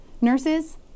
Nurses